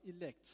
elect